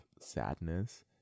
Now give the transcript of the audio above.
sadness